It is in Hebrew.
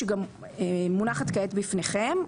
שגם מונחת כעת בפניכם,